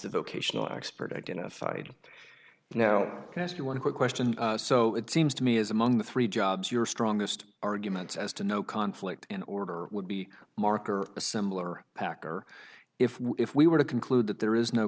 the vocational expert identified now can ask you one quick question so it seems to me is among the three jobs your strongest arguments as to no conflict in order would be mark or a similar packer if if we were to conclude that there is no